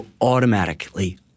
automatically